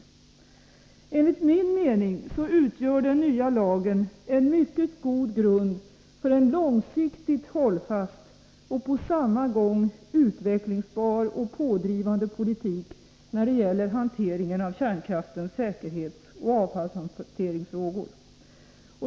Enligt min mening utgör den nya lagen en mycket god grund för en långsiktigt hållfast och på samma gång utvecklingsbar och pådrivande politik när det gäller hanteringen av kärnkraftens säkerhetsoch avfallshanteringsfrågor.